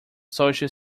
social